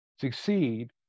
succeed